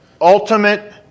ultimate